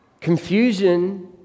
confusion